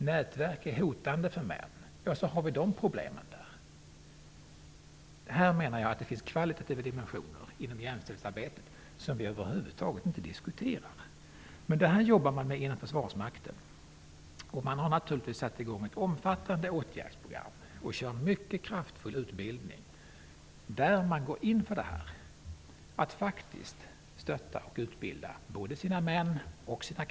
Nätverk är hotande för män, och så uppstår det problem. Jag menar att det här finns kvalitativa dimensioner inom jämställdhetsarbetet som vi över huvud taget inte diskuterar. Inom försvarsmakten jobbar man med det här. Man har naturligtvis satt in ett omfattande åtgärdsprogram och har en mycket kraftfull utbildning där man går in för att stötta och utbilda både kvinnor och män.